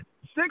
six